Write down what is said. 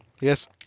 Yes